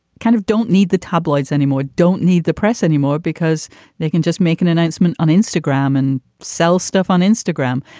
kind of don't need the tabloids anymore, don't need the press anymore, because they can just make an announcement on instagram and sell stuff on instagram.